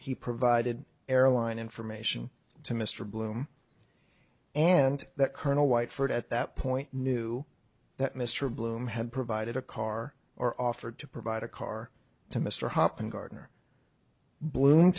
he provided airline information to mr bloom and that colonel white furred at that point knew that mr bloom had provided a car or offered to provide a car to mr hoppen gardener bloom